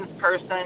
person